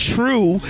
True